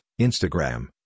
Instagram